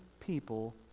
people